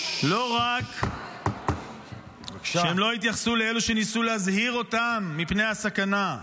לא רק שהם לא התייחסו לאלו שניסו להזהיר אותם מפני הסכנה,